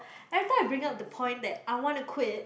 every time I bring out the point that I wanna quit